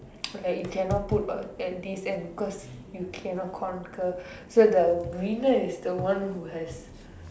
like you cannot put at this uh cause you cannot conquer so the winner is the one who has